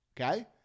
Okay